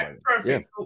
perfect